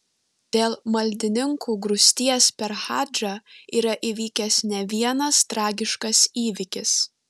dėl maldininkų grūsties per hadžą yra įvykęs ne vienas tragiškas įvykis